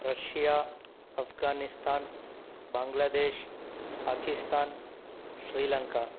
Russia Afghanistan Bangladesh Pakistan Sri Lanka